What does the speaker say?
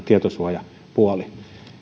tietosuojapuoli